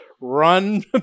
run